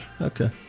Okay